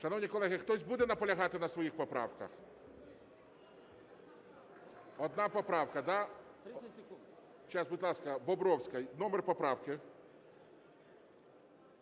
Шановні колеги, хтось буде наполягати на своїх поправках? Одна поправка, да? Будь ласка, Бобровська, номер поправки.